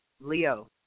Leo